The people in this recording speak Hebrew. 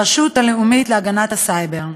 הרשות הלאומית להגנת הסייבר.